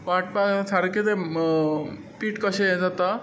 वांटपाक सारके तें पीठ कशें हें जाता